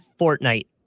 Fortnite